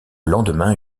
lendemain